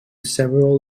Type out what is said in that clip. several